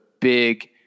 big